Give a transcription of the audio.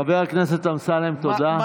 חבר הכנסת אמסלם, תודה.